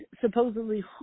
supposedly